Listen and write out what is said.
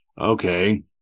okay